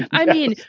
i mean,